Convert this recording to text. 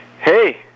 Hey